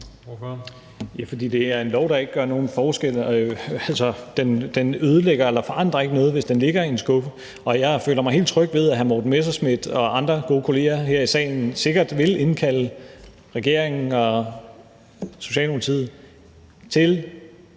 Stoklund (S): Fordi det er en lov, der ikke gør nogen forskel. Den ødelægger eller forandrer ikke noget, hvis den ligger i en skuffe. Jeg føler mig helt tryg ved, at hr. Morten Messerschmidt og andre gode kolleger her i salen sikkert vil indkalde regeringen og Socialdemokratiet til